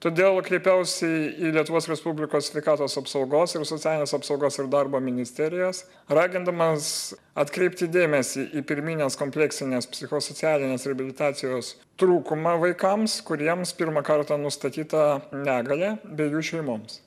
todėl kreipiausi į lietuvos respublikos sveikatos apsaugos ir socialinės apsaugos ir darbo ministerijos ragindamas atkreipti dėmesį į pirminės kompleksinės psichosocialinės reabilitacijos trūkumą vaikams kuriems pirmą kartą nustatyta negalia bei jų šeimoms